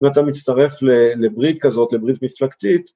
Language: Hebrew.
‫ואתה מצטרף לברית כזאת, ‫לברית מפלגתית.